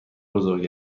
بزرگ